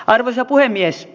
arvoisa puhemies